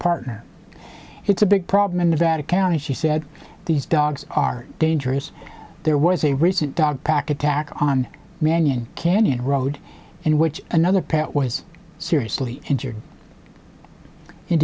partner it's a big problem in nevada county she said these dogs are dangerous there was a recent dog pack attack on mannion canyon road in which another pet was seriously injured in